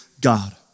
God